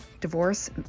divorce